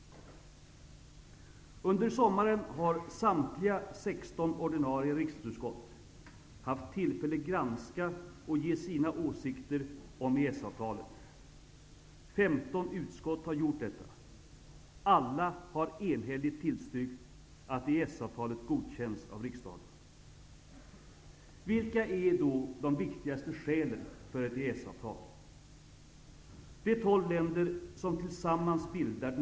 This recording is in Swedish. Under sommaren har samtliga 16 ordinarie riksdagsutskott haft tillfälle att granska och ge sina åsikter om EES-avtalet. 15 utskott har gjort detta. Alla har enhälligt tillstyrkt att EES-avtalet godkänns av riksdagen. Vilka är då de viktigaste skälen för ett EES-avtal?